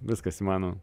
viskas įmanoma